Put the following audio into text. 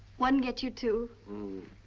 one gets you two. ah,